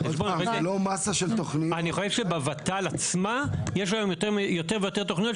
אני חושב שבוות"ל עצמה יש היום יותר ויותר תוכניות,